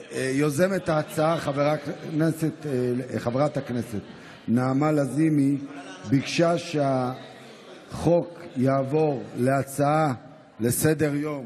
יוזמת ההצעה חברת הכנסת נעמה לזימי ביקשה שהחוק יעבור להצעה לסדר-היום